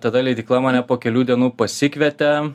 tada leidykla mane po kelių dienų pasikvietė